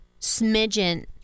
smidgen